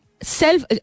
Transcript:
Self